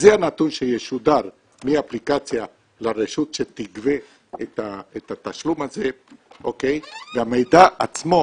זה הנתון שישודר מהאפליקציה לרשות שתגבה את התשלום הזה והמידע עצמו,